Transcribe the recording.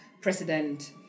President